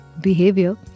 behavior